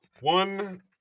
One